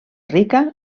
rica